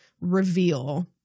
reveal